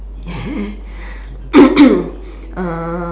uh